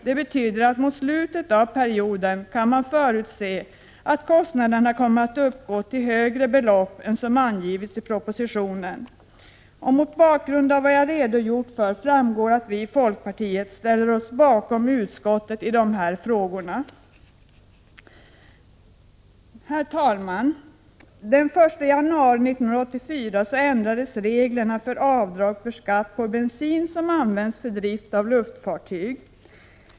Det betyder att man, mot slutet av perioden, kan förutse att kostnaderna kommer att uppgå till högre belopp än som angivits i propositionen. Mot bakgrund av vad jag har redogjort för framgår att vi i folkpartiet ställer oss bakom utskottet i de här frågorna. Herr talman! Den 1 januari 1984 ändrades avdragsreglerna för skatt på bensin som används till drift av luftfartyg.